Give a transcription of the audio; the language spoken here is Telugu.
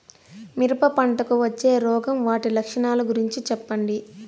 మిరప పంటకు వచ్చే రోగం వాటి లక్షణాలు గురించి చెప్పండి?